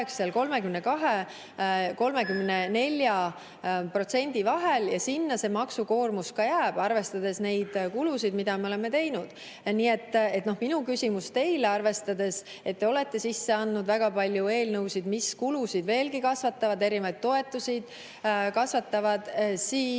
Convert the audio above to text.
34% vahel ja sinna see maksukoormus ka jääb, arvestades neid kulusid, mida me oleme teinud. Nii et minu küsimus teile, arvestades, et te olete sisse andnud väga palju eelnõusid, mis kulusid veelgi kasvatavad, erinevaid toetusi kasvatavad, on